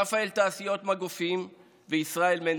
רפאל תעשיות מגופים וישראל מנדלסון,